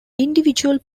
individual